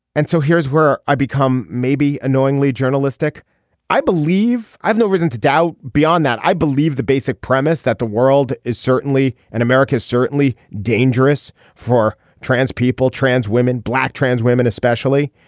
and so here's where i become maybe annoyingly journalistic i believe i have no reason to doubt. beyond that i believe the basic premise that the world is certainly an america is certainly dangerous for trans people trans women black trans women especially